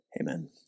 Amen